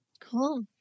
Cool